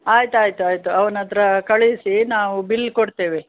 ಆಯ್ತು ಆಯ್ತು ಆಯಿತು ಅವ್ನಹತ್ರ ಕಳೀಸಿ ನಾವು ಬಿಲ್ ಕೊಡ್ತೆವೆ